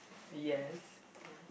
yes